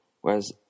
whereas